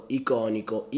iconico